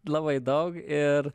labai daug ir